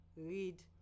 Read